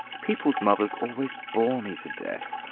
people's mothers always bore me to death.